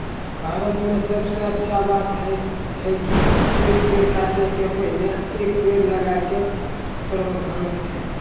भारत मॅ सबसॅ अच्छा बात है छै कि एक पेड़ काटै के पहिने एक पेड़ लगाय के प्रावधान छै